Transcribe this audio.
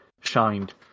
shined